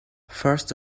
first